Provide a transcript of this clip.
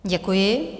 Děkuji.